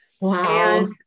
Wow